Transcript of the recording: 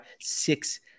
six